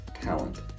talent